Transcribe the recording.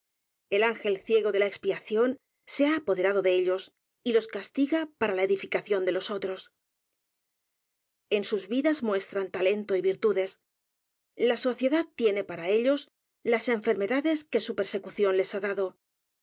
el ángel ciego de la expiación se ha apoderado de ellos y los castiga para la edificación de los otros en sus vidas muestran talento y virtudes la sociedad tiene para ellos las enfermedades que su persecución les ha dado